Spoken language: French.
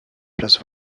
place